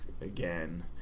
again